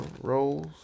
Rolls